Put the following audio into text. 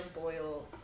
boil